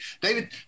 David